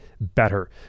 better